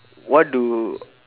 what do